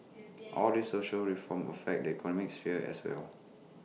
all the social reforms affect the economic sphere as well